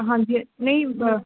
ਹਾਂਜੀ ਨਹੀਂ ਬ